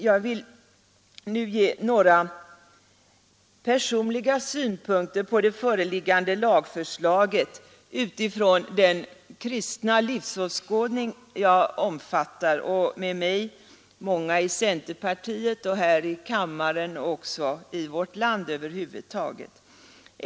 Jag vill nu ge några personliga synpunkter på det föreliggande lagförslaget utifrån den kristna livsåskådning jag omfattar — och med mig många i centerpartiet och här i kammaren och också i vårt land över huvud taget.